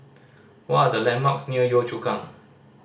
what are the landmarks near Yio Chu Kang